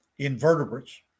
Invertebrates